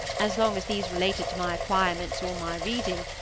as long as these related to my acquirements or my reading,